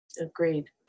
Agreed